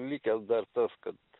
likęs dar tas kad